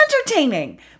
entertaining